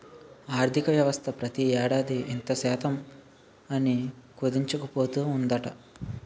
ఆర్థికవ్యవస్థ ప్రతి ఏడాది ఇంత శాతం అని కుదించుకుపోతూ ఉందట